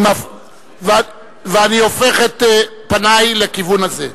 ואני הופך את פני לכיוון הזה.